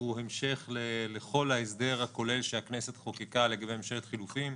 שהוא המשך לכל ההסדר הכולל שהכנסת חוקקה לגבי ממשלת חילופים,